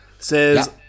Says